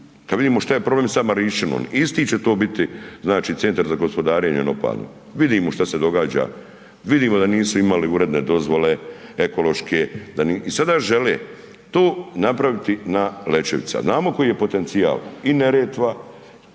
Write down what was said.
kad vidimo šta je problem sa Marinšćinom, isti će to biti, znači Centar za gospodarenjem otpadom, vidimo šta se događa, vidimo da nisu imali uredne dozvole ekološke i sada žele to napraviti na Lećevici, a znamo koji je potencijal, i Neretva